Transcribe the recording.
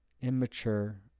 immature